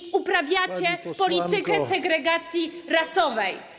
I uprawiacie politykę segregacji rasowej.